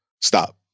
stop